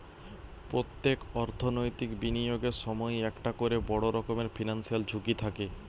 পোত্তেক অর্থনৈতিক বিনিয়োগের সময়ই একটা কোরে বড় রকমের ফিনান্সিয়াল ঝুঁকি থাকে